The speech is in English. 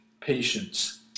patience